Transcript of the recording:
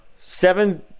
seven